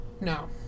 No